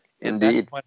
indeed